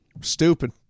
Stupid